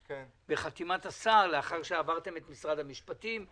בחתימת השר, לאחר שעברתם את משרד המשפטים,